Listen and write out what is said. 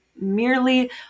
merely